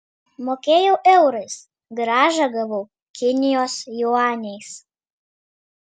mokėjau eurais grąžą gavau kinijos juaniais